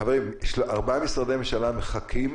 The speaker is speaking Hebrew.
חברים, ארבעה משרדי ממשלה מחכים